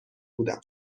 بودم